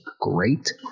great